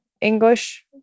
English